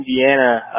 Indiana